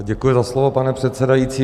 Děkuji za slovo, pane předsedající.